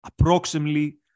approximately